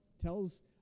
tells